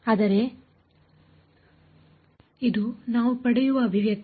ಆದರೆ ಇದು ನಾವು ಪಡೆಯುವ ಅಭಿವ್ಯಕ್ತಿ